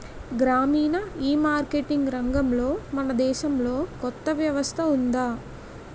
గ్రామీణ ఈమార్కెటింగ్ రంగంలో మన దేశంలో కొత్త వ్యవస్థ ఉందా?